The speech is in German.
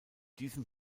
diesem